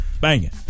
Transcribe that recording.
Banging